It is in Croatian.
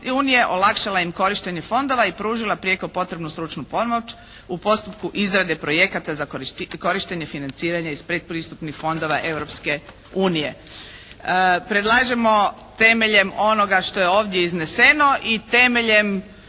unije, olakšala im korištenje fondova i pružila prijeko potrebnu stručnu pomoć u postupku izrade projekata za korištenje i financiranje iz predpristupnih fondova Europske unije. Predlažemo temeljem onoga što je ovdje izneseno i temeljem